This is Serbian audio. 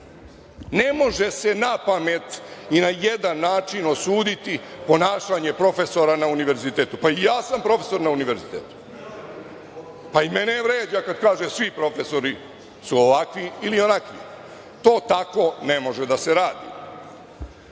Ne može se napamet i na jedan način osuditi ponašanje profesora na univerzitetu. Pa, i ja sam profesor na univerzitetu, pa i mene vređa kada se kaže – svi profesori su ovakvi ili onakvi. To tako ne može da se radi. Druga